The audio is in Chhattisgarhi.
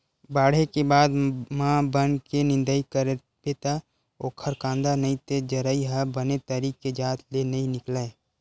बाड़हे के बाद म बन के निंदई करबे त ओखर कांदा नइ ते जरई ह बने तरी के जात ले नइ निकलय